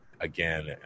again